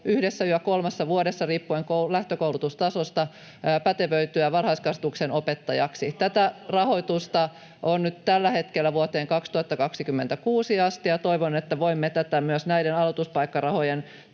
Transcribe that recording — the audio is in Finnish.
ohessa kouluttautua 1—3 vuodessa riippuen lähtökoulutustasosta, pätevöityä, varhaiskasvatuksen opettajaksi. Tätä rahoitusta on nyt tällä hetkellä vuoteen 2026 asti, ja toivon, että voimme tätä myös näiden aloituspaikkarahojen